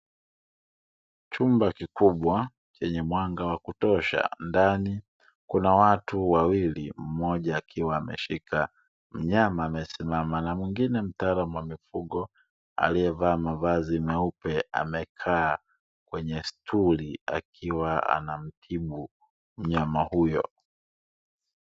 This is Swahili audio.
Chumba kikibwa chenye mwanga wa kutosha. Ndani kuna watu wawili, mmoja akiwa amemshika mnyama amesimama na mwingine ni mtaalamu wa mifugo aliyevaa mavazi meupe amekaa kwenye stuli akiwa anamtibu mnyama huyo.